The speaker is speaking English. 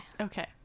okay